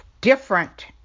different